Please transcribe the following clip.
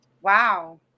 Wow